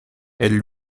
elles